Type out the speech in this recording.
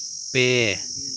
ᱯᱮ